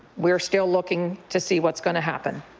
we're still looking to see what's going to happen.